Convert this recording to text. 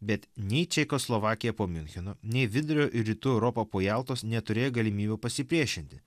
bet nei čekoslovakija po miuncheno nei vidurio ir rytų europa po jaltos neturėjo galimybių pasipriešinti